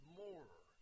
more